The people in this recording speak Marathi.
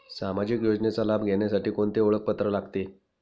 सामाजिक योजनेचा लाभ घेण्यासाठी कोणते ओळखपत्र लागते?